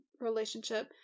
relationship